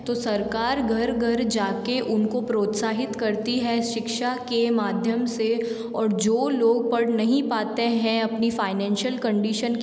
तो सरकार घर घर जाके उनको प्रोत्साहित करती है शिक्षा के माध्यम से और जो लोग पढ़ नहीं पाते हैं अपनी फ़ाइनैंशियल कंडिशन की